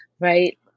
right